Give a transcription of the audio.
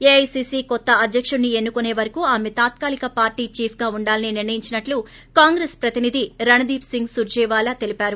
AICC కొత్త అధ్యక్కుడిని ఎన్ను కునే వరకు ఆమె తాత్కాలిక పార్టీ చీఫ్గా ఉండాలని నిర్లయించినట్లు కాంగ్రెస్ ప్రతినిధి రణదీప్ సింగ్ సుర్షేవాలా తెలివారు